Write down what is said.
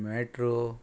metro